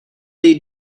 they